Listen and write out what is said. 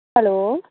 hello